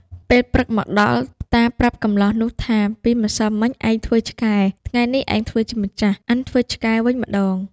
ពេលព្រឹកមកដល់ តាប្រាប់កម្លោះនោះថាពីម្សិលមិញឯងធ្វើឆ្កែ ថ្ងៃនេះឯងធ្វើជាម្ចាស់ អញធ្វើឆ្កែវិញម្ដង។